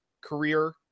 career